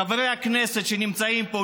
חברי הכנסת שנמצאים פה,